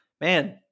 man